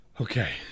Okay